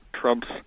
Trump's